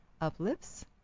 uplifts